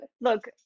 look